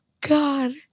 God